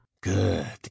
good